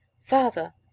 father